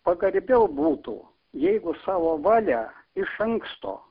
pagarbiau būtų jeigu savo valią iš anksto